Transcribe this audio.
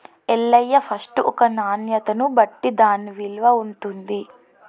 Ellaiah first ఒక నాణ్యతను బట్టి దాన్న విలువ ఉంటుంది